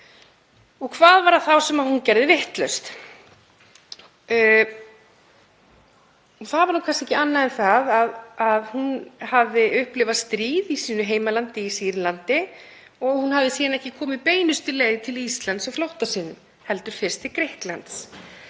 var það þá sem hún gerði vitlaust? Það var nú kannski ekki annað en það að hún hafði upplifað stríð í sínu heimalandi, Sýrlandi, og hún hafði síðan ekki komið beinustu leið til Íslands á flótta sínum heldur fyrst til Grikklands.